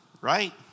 right